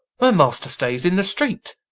my master stays in the street.